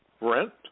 rent